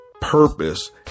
purpose